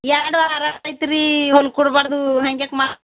ಯಾವ್ದೋ ಐತೆ ರೀ ಹೊಲ್ಕೊಡ್ಬಾರ್ದು ಹಾಗ್ಯಾಕೆ ಮಾ